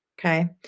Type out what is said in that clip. Okay